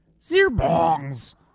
Zirbong's